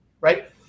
Right